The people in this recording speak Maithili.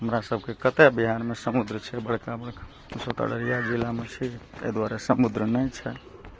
हमरा सबके कतहुँ बिहारमे समुद्र छै बड़का बड़का हमसब तऽ अररिया जिलामे छी एहि दुआरे समुद्र नहि छै